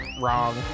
Wrong